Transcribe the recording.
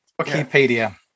Wikipedia